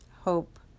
hope